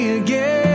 again